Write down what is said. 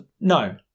no